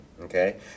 Okay